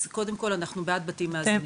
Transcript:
אז קודם כל אנחנו בעד בתים מאזנים.